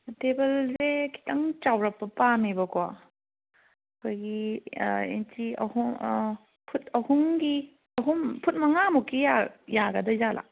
ꯇꯦꯕꯜꯁꯦ ꯈꯤꯇꯪ ꯆꯥꯎꯔꯥꯛꯄ ꯄꯥꯝꯃꯦꯕꯀꯣ ꯑꯩꯈꯣꯏꯒꯤ ꯑꯦꯟꯆꯤ ꯑꯍꯨꯝ ꯐꯨꯠ ꯑꯍꯨꯝꯒꯤ ꯑꯍꯨꯝ ꯐꯨꯠ ꯃꯉꯥꯃꯨꯛꯀꯤ ꯌꯥꯒꯗꯣꯏꯖꯥꯠꯂ